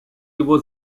его